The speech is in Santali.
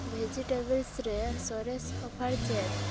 ᱵᱷᱮᱡᱤᱴᱮᱵᱮᱞᱥ ᱨᱮ ᱥᱚᱨᱮᱥ ᱚᱯᱷᱟᱨ ᱪᱮᱫ